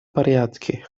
порядке